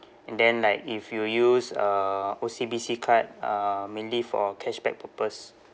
and then like if you use uh O_C_B_C card uh mainly for cashback purpose